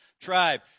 tribe